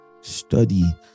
study